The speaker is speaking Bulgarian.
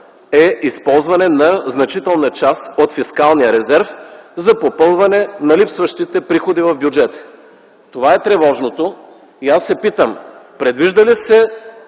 е използване на значителна част от фискалния резерв за попълване на липсващите приходи в бюджета. Това е тревожното и аз се питам предвижда ли се